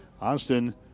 Austin